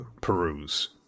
peruse